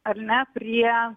ar ne prie